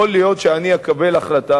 יכול להיות שאני אקבל החלטה,